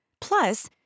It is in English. Plus